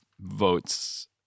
votes